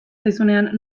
zaizunean